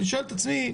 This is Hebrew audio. ושואל את עצמי,